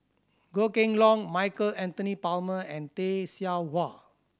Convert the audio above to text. Goh Kheng Long Michael Anthony Palmer and Tay Seow Huah